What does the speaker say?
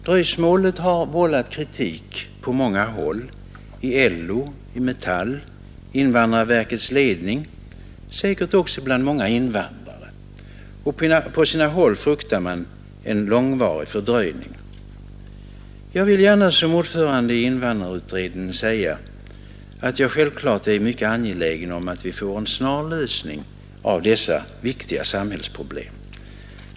Dröjsmålet har vållat kritik på många håll, i LO och i Metall, i invandrarverkets ledning och säkert också bland många invandrare. På sina håll fruktar man en långvarig fördröjning. Jag vill gärna som ordförande i invandrarutredningen säga, att jag självklart är mycket angelägen om att vi får en snar lösning av dessa viktiga samhällsproblem.